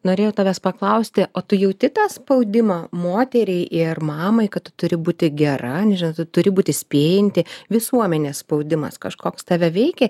norėjau tavęs paklausti o tu jauti tą spaudimą moteriai ir mamai kad turi būti gera nežinau tu turi būti spėjanti visuomenės spaudimas kažkoks tave veikia